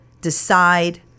decide